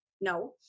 no